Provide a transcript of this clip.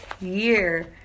year